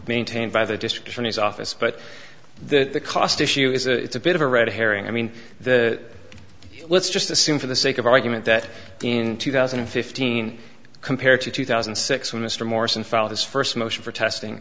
maintained by the district attorney's office but the cost issue is it's a bit of a red herring i mean that let's just assume for the sake of argument that in two thousand and fifteen compared to two thousand and six when mr morrison filed his first motion for testing